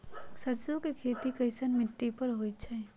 सरसों के खेती कैसन मिट्टी पर होई छाई?